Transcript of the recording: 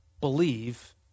believe